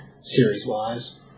series-wise